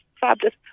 fabulous